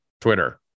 Twitter